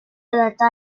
adatta